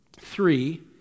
three